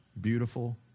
beautiful